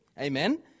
amen